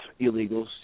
illegals